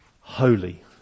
holy